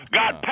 got